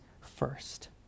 first